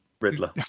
Riddler